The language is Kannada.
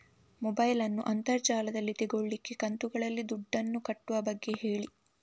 ಮೊಬೈಲ್ ನ್ನು ಅಂತರ್ ಜಾಲದಲ್ಲಿ ತೆಗೋಲಿಕ್ಕೆ ಕಂತುಗಳಲ್ಲಿ ದುಡ್ಡನ್ನು ಕಟ್ಟುವ ಬಗ್ಗೆ ಹೇಳಿ